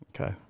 Okay